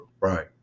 Right